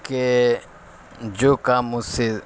کہ جو کام مجھ سے